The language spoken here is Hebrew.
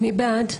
מי בעד?